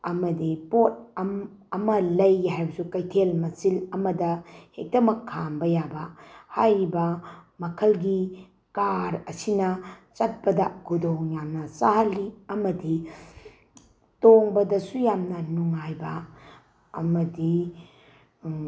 ꯑꯃꯗꯤ ꯄꯣꯠ ꯑꯃ ꯂꯩꯒꯦ ꯍꯥꯏꯕꯁꯨ ꯀꯩꯊꯦꯜ ꯃꯆꯤꯟ ꯑꯃꯗ ꯍꯦꯛꯇꯃꯛ ꯈꯥꯝꯕ ꯌꯥꯕ ꯍꯥꯏꯔꯤꯕ ꯃꯈꯜꯒꯤ ꯀꯥꯔ ꯑꯁꯤꯅ ꯆꯠꯄꯗ ꯈꯨꯗꯣꯡ ꯌꯥꯝꯅ ꯆꯥꯍꯜꯂꯤ ꯑꯃꯗꯤ ꯇꯣꯡꯕꯗꯁꯨ ꯌꯥꯝꯅ ꯅꯨꯡꯉꯥꯏꯕ ꯑꯃꯗꯤ